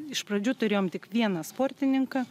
iš pradžių turėjom tik vieną sportininką